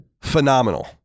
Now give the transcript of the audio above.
phenomenal